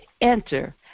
enter